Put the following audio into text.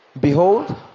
behold